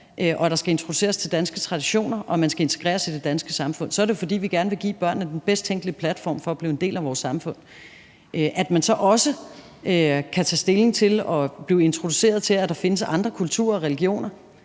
at der skal introduceres til danske traditioner, og at man skal integreres i det danske samfund, så er det jo, fordi vi gerne vil give børnene den bedst tænkelige platform for at blive en del af vores samfund. At man så også kan blive introduceret til og tage stilling til, at der findes andre kulturer og religioner,